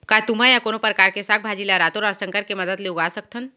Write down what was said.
का तुमा या कोनो परकार के साग भाजी ला रातोरात संकर के मदद ले उगा सकथन?